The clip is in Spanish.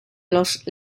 los